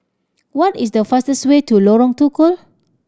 what is the fastest way to Lorong Tukol